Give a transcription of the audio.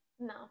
no